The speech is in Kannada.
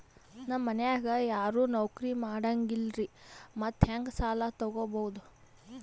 ನಮ್ ಮನ್ಯಾಗ ಯಾರೂ ನೌಕ್ರಿ ಮಾಡಂಗಿಲ್ಲ್ರಿ ಮತ್ತೆಹೆಂಗ ಸಾಲಾ ತೊಗೊಬೌದು?